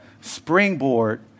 springboard